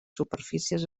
superfícies